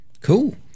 Cool